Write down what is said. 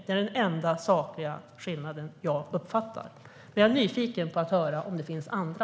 Det är den enda sakliga skillnad som jag uppfattar. Jag är nyfiken på att höra om det finns andra.